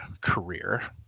career